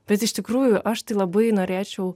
bet iš tikrųjų aš tai labai norėčiau